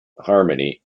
harmony